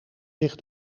zich